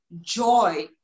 joy